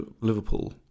Liverpool